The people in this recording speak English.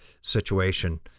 situation